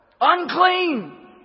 unclean